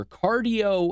cardio